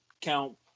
count